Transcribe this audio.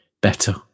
better